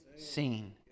seen